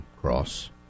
cross